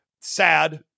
sad